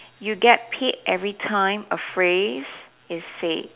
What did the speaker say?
you get paid every time a phrase is said